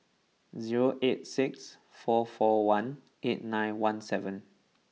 zero eight six four four one eight nine one seven